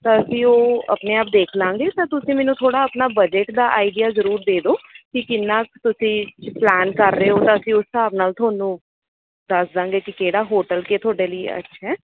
ਤਾਂ ਅਸੀਂ ਉਹ ਆਪਣੇ ਆਪ ਦੇਖ ਲਵਾਂਗੇ 'ਤੇ ਤੁਸੀਂ ਮੈਨੂੰ ਥੋੜ੍ਹਾ ਆਪਣਾ ਬਜਟ ਦਾ ਆਈਡੀਆ ਜ਼ਰੂਰ ਦੇ ਦਿਓ ਕਿ ਕਿੰਨਾ ਕੁ ਤੁਸੀਂ ਛ ਪਲੈਨ ਕਰ ਰਹੇ ਹੋ ਤਾਂ ਅਸੀਂ ਉਸ ਹਿਸਾਬ ਨਾਲ ਤੁਹਾਨੂੰ ਦੱਸ ਦੇਵਾਂਗੇ ਕਿ ਕਿਹੜਾ ਹੋਟਲ ਕਿ ਤੁਹਾਡੇ ਲਈ ਅੱਛਾ ਹੈ